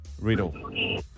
riddle